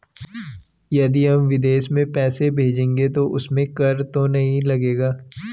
यदि हम विदेश में पैसे भेजेंगे तो उसमें कर तो नहीं लगेगा?